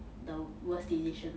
the worst decision